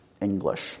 English